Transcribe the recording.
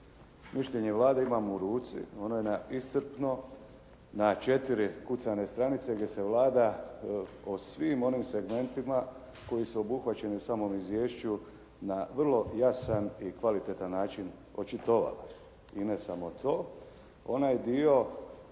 Mišljenje Vlade imam u ruci. Ono je na iscrpno na 4 kucane stranice gdje se Vlada o svim onim segmentima koji su obuhvaćeni u samom izvješću na vrlo jasan i kvalitetan način očitovala. I ne samo to. Onaj dio